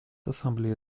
ассамблея